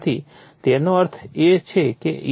તેથી તેનો અર્થ એ છે કે e